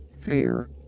fear